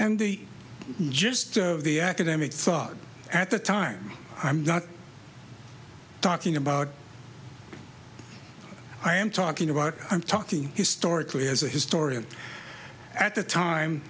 and the gist of the academic thought at the time i'm not talking about i am talking about i'm talking historically as a historian at the time